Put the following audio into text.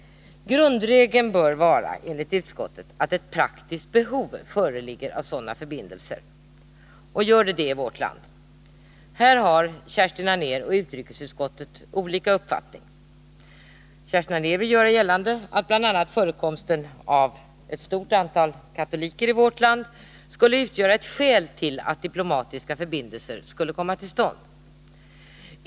Grundregeln bör enligt utskottet vara att ett praktiskt behov föreligger av sådana förbindelser, och gör det det i vårt land? Här har Kerstin Anér och utrikesutskottet olika uppfattningar. Kerstin Anér vill göra gällande att bl.a. förekomsten av ett stort antal katoliker i vårt land skulle utgöra ett skäl till att diplomatiska förbindelser skulle komma till stånd.